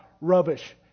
rubbish